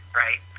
right